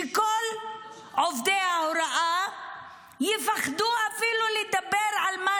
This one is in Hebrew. שכל עובדי ההוראה יפחדו אפילו לדבר על מה